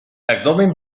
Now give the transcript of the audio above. abdomen